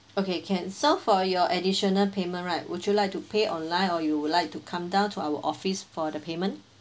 okay can so for your additional payment right would you like to pay online or you would like to come down to our office for the payment